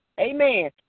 Amen